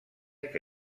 que